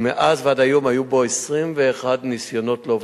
ומאז ועד היום היו בו 21 ניסיונות אובדניים.